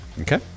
Okay